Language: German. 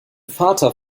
vater